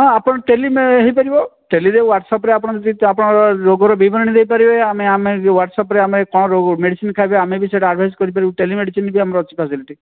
ହଁ ଆପଣ tele mail ହେଇପାରିବ ଟେଲିରେ ହ୍ଵାଟସପରେ ଆପଣ ଯଦି ଆପଣ ରୋଗର ବିବରଣୀ ଦେଇପାରିବେ ଆମେ ଆମେ ଯେଉଁ ହ୍ଵାଟସପ୍ ଆମେ କଣ ରୋଗ ମେଡ଼ିସିନ ଖାଇବେ ଆମେ ବି ସେଇଟା ଆଡ଼ଭାଇସ୍ କରିପାରିବୁ ଟେଲି ମେଡ଼ିସିନ୍ ବି ଆମର ଅଛି ଫେସଲିଟି